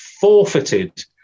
forfeited